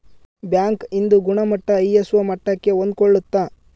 bank ಇಂದು ಗುಣಮಟ್ಟ ISO ಮಟ್ಟಕ್ಕೆ ಹೊಂದ್ಕೊಳ್ಳುತ್ತ